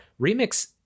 Remix